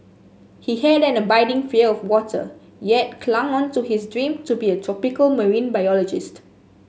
he had an abiding fear of water yet clung on to his dream to be a tropical marine biologist